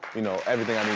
you know, everything i need